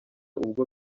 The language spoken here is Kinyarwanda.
ubwo